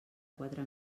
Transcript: quatre